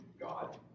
God